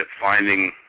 Finding